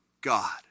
God